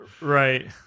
Right